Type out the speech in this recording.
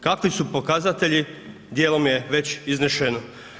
Kakvi su pokazatelji dijelom je već iznešeno.